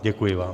Děkuji vám.